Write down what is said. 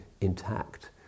intact